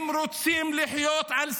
הם רוצים לחיות על שנאה.